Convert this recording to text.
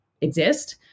exist